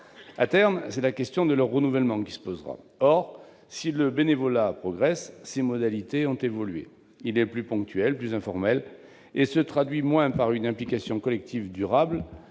À terme, c'est la question de leur renouvellement qui se posera. Or, si le bénévolat progresse, ses modalités ont évolué. Il est plus ponctuel, plus informel et se traduit moins par une implication collective durable,